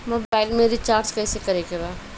Mobile में recharge कइसे करे के बा?